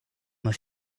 with